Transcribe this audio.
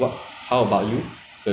because fit body can train now [what]